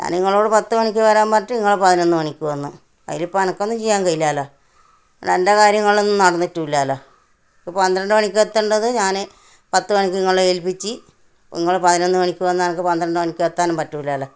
ഞാന് നിങ്ങളോട് പത്ത് മണിക്ക് വരാന് പറഞ്ഞിട്ട് നിങ്ങൾ പതിനൊന്ന് മണിക്ക് വന്ന് അതിലിപ്പം എനിക്കൊന്നും ചെയ്യാന് കഴിയില്ലല്ലോ എന്റെ കാര്യങ്ങൾ ഒന്നും നടന്നിട്ടും ഇല്ലല്ലോ ഇപ്പോൾ പന്ത്രണ്ട് മണിക്ക് എത്തേണ്ടത് ഞാൻ പത്ത് മണിക്ക് നിങ്ങളെ ഏല്പ്പിച്ചപ്പോൾ നിങ്ങൾ പതിനൊന്ന് മണിക്ക് വന്നു എനിക്ക് പന്ത്രണ്ട് മണിക്ക് എത്താനും പറ്റൂല്ലല്ലോ